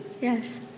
Yes